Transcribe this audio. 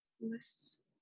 lists